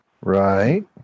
Right